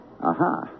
Aha